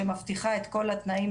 שמבטיחה את כל התנאים,